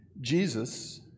Jesus